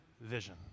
vision